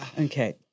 Okay